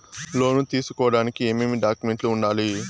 లోను తీసుకోడానికి ఏమేమి డాక్యుమెంట్లు ఉండాలి